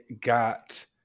got